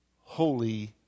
holy